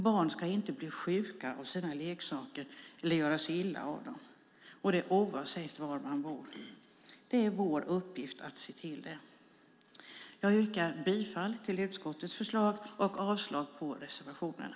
Barn ska inte bli sjuka av sina leksaker eller göra sig illa på dem, och det oavsett var man bor. Det är vår uppgift att se till det! Jag yrkar bifall till utskottets förslag och avslag på reservationerna.